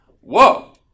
whoa